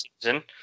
season